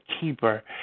keeper